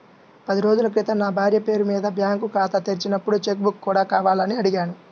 పది రోజుల క్రితం నా భార్య పేరు మీద బ్యాంకు ఖాతా తెరిచినప్పుడు చెక్ బుక్ కూడా కావాలని అడిగాను